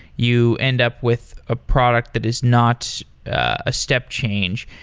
you end up with a product that is not a step change.